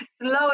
slowly